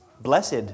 blessed